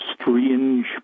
strange